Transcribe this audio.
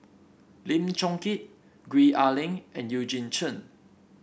Lim Chong Keat Gwee Ah Leng and Eugene Chen